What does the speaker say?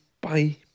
Bye